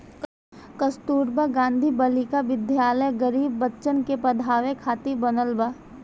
कस्तूरबा गांधी बालिका विद्यालय गरीब बच्चन के पढ़ावे खातिर बनल बा